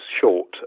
short